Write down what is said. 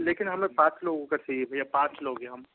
लेकिन हमें पाँच लोगों का चाहिए भैया पाँच लोग हैं हम